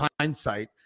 hindsight